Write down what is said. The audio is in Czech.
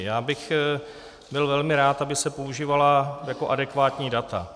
Já bych byl velmi rád, aby se používala adekvátní data.